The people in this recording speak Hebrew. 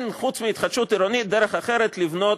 חוץ מהתחדשות עירונית אין דרך אחרת לבנות